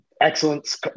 excellence